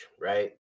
right